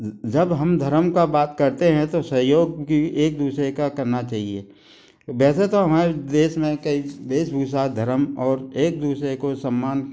जब हम धरम का बात करते हैं तो सहयोग की एक दूसरे का करना चहिए वैसे तो हमारे देश में कई वेशभूषा धरम और एक दूसरे को सम्मान